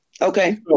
Okay